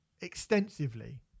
extensively